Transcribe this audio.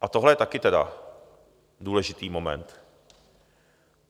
A tohle je také tedy důležitý moment,